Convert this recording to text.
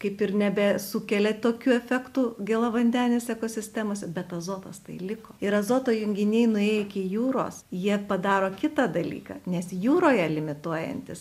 kaip ir nebesukelia tokių efektų gėlavandenėse ekosistemose bet azotas tai liko ir azoto junginiai nuėję iki jūros jie padaro kitą dalyką nes jūroje limituojantis